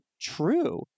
true